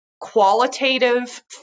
qualitative